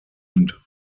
und